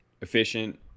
efficient